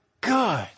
good